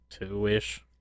two-ish